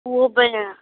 उहो पिणि